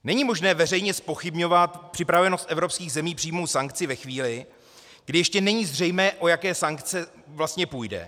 Není možné veřejně zpochybňovat připravenost evropských zemí přijmout sankci ve chvíli, kdy ještě není zřejmé, o jaké sankce vlastně půjde.